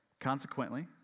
Consequently